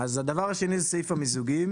אז הדבר השני זה סעיף המיזוגים,